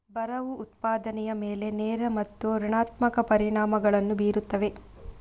ಬರವು ಉತ್ಪಾದನೆಯ ಮೇಲೆ ನೇರ ಮತ್ತು ಋಣಾತ್ಮಕ ಪರಿಣಾಮಗಳನ್ನು ಬೀರುತ್ತದೆ